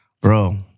Bro